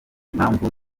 impamvu